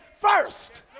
first